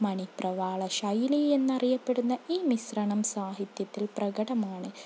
മണിപ്രവാള ശൈലി എന്നറിയപ്പെടുന്ന ഈ മിശ്രണം സാഹിത്യത്തിൽ പ്രകടമാണ്